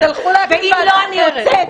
ואם לא, אני יוצאת.